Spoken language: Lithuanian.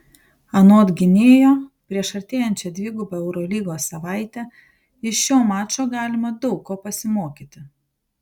anot gynėjo prieš artėjančią dvigubą eurolygos savaitę iš šio mačo galima daug ko pasimokyti